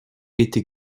été